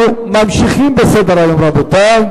אנחנו ממשיכים בסדר-היום, רבותי.